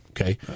Okay